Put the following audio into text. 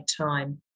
time